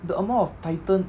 the amount of titan